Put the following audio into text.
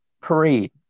parade